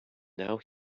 now